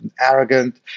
arrogant